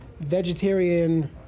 vegetarian